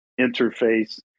interface